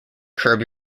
curb